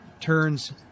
turns